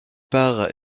par